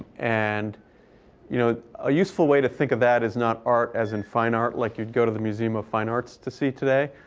and you know a useful way to think of that is not art as in fine art, like you'd go to the museum of fine arts to see today,